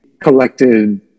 collected